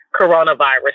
coronavirus